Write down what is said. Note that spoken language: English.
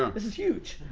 um this is huge.